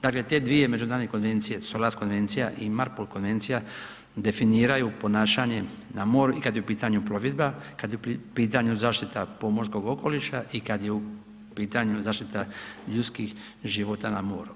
Dakle, te dvije međunarodne konvencije, SOLAS konvencija i MARPOL konvencija, definiraju ponašanje na moru i kad je u pitanju plovidba, kad je u pitanju zaštita pomorskog okoliša i kad je pitanju zaštita ljudskih života na moru.